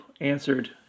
answered